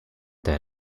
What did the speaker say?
the